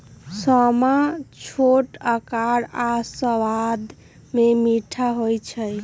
समा छोट अकार आऽ सबाद में मीठ होइ छइ